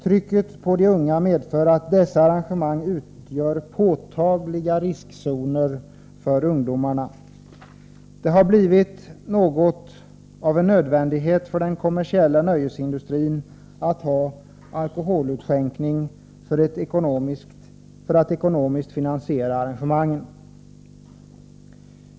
Dessa arrangemang, som medför ett starkt tryck på de unga, skapar påtagliga risker. Det har blivit något av en nödvändighet för den kommersiella nöjesindustrin att ha alkoholutskänkning för att finansiera arrangemangen.